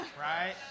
Right